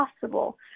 possible